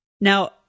Now